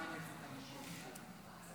חמש דקות לרשותך, בבקשה.